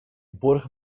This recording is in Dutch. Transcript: borg